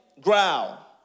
growl